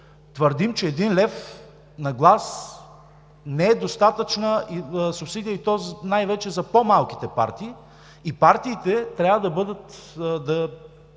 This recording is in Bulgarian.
твърдим, че един лев на глас не е достатъчна субсидия, и то най-вече за по-малките партии. Партиите трябва да имат